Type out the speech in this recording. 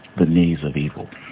the knees of evil